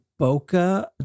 bokeh